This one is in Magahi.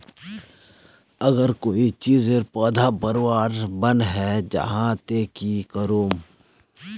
अगर कोई चीजेर पौधा बढ़वार बन है जहा ते की करूम?